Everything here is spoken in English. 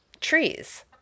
trees